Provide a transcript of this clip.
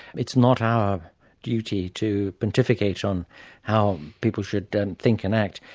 it's not our duty to pontificate on how people should then think and act,